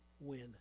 win